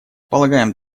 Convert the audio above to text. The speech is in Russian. полагаем